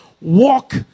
walk